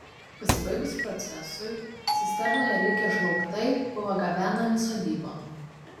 pasibaigus procesui cisternoje likę žlaugtai buvo gabenami sodybon